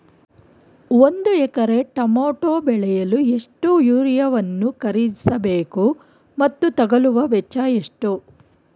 ಒಂದು ಎಕರೆ ಟಮೋಟ ಬೆಳೆಯಲು ಎಷ್ಟು ಯೂರಿಯಾವನ್ನು ಖರೀದಿಸ ಬೇಕು ಮತ್ತು ತಗಲುವ ವೆಚ್ಚ ಎಷ್ಟು?